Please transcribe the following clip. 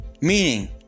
Meaning